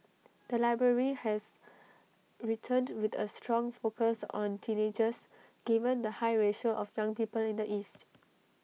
the library has returned with A strong focus on teenagers given the high ratio of young people in the east